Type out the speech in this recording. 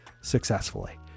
successfully